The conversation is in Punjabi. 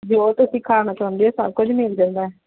ਜੋ ਤੁਸੀਂ ਖਾਣਾ ਚਾਹੁੰਦੇ ਹੋ ਸਭ ਕੁਝ ਮਿਲ ਜਾਂਦਾ